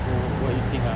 so what you think ah